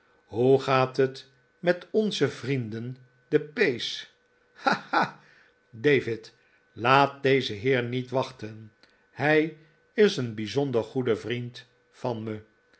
hoe gaat het met onze vrienden de p's ha ha david laat dezen heer niet wachten hij is een bijzpnder gpede vriend van me